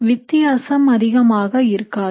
வித்தியாசம் அதிகமாக இருக்காது